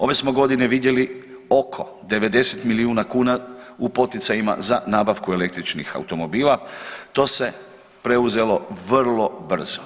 Ove smo godine vidjeli oko 90 milijuna kuna u poticajima za nabavku električnih automobila, to se preuzelo vrlo brzo.